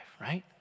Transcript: right